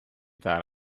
thought